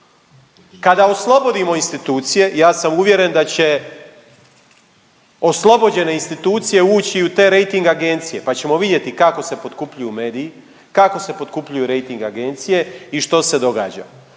Kada oslobodimo institucije ja sam uvjeren da će oslobođene institucije ući i u te rejting agencije pa ćemo vidjeti kako se potkupljuju mediji, kako se potkupljuju rejting agencije i što se događa.